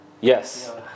Yes